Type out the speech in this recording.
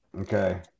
Okay